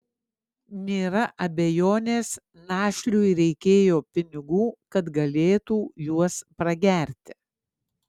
nėra abejonės našliui reikėjo pinigų kad galėtų juos pragerti